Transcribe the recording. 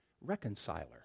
reconciler